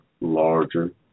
larger